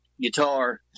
guitar